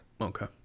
Okay